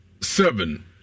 Seven